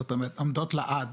זאת אומרת עומדות לעד.